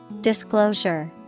Disclosure